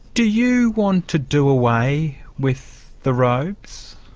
do you want to do away with the robes?